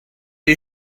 you